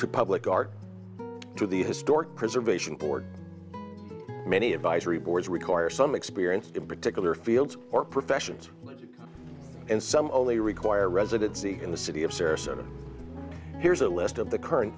to public art to the historic preservation board many advisory boards require some experience in particular fields or professions and some only require residency in the city of sarasota here's a list of the current